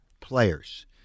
players